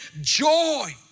joy